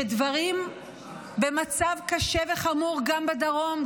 שדברים במצב קשה וחמור גם בדרום,